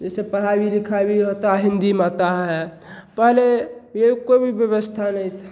जैसे पढ़ाई भी लिखाई भी होता है हिंदी में आता है पहले ये कोई भी व्यवस्था नहीं था